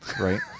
right